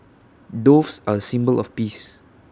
doves are A symbol of peace